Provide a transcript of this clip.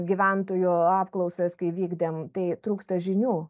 gyventojų apklausas kai vykdėm tai trūksta žinių